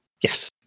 Yes